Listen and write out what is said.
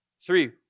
Three